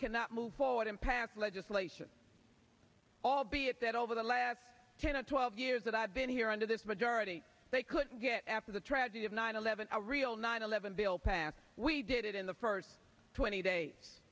cannot move forward and pass legislation albeit that over the last ten to twelve years that i've been here under this majority they couldn't get after the tragedy of nine eleven a real nine eleven bill passed we did it in the first twenty days